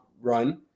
run